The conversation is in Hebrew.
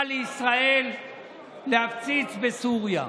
שרוסיה של פוטין לא אפשרה לישראל להפציץ בסוריה.